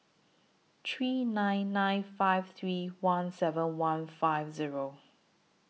three nine nine five three one seven one five Zero